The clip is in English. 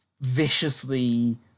viciously